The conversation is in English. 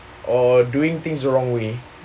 or doing things the wrong way